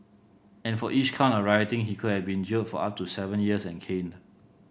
and for each count of rioting he could have been jailed for up to seven years and caned